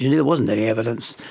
yeah wasn't any evidence.